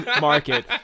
market